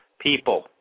people